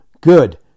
good